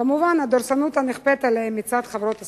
וכמובן הדורסנות הנכפית עליהם מצד חברות הסלולר.